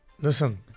listen